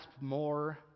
more